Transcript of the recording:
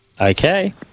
Okay